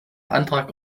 antrag